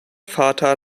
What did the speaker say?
vater